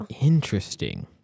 Interesting